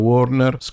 Warner